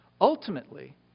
Ultimately